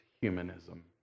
humanism